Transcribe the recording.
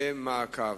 למעקב.